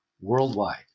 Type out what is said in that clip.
worldwide